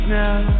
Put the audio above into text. now